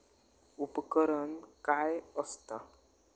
उपकरण काय असता?